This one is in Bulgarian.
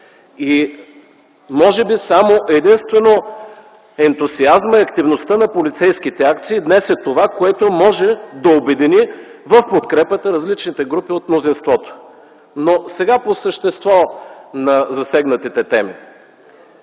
И може би само и единствено ентусиазмът и активността на полицейските акции днес е това, което може да обедини в подкрепа различните групи от мнозинството. Сега по същество на засегнатите теми.